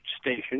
station